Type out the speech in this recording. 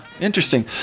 interesting